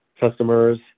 customers